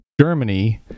germany